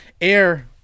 Air